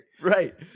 right